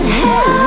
hell